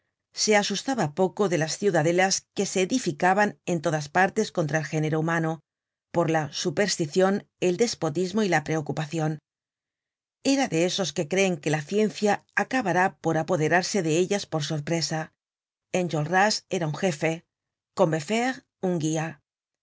se asustaba poco de las ciudadelas que se edificaban en todas partes contra el género humano por la supersticion el despotismo y la preocupacion era de esos que creen que la ciencia acabará por apoderarse de ellas por sorpresa enjolras era un jefe combeferre un guia